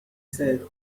said